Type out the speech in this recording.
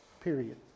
period